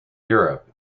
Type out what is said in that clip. europe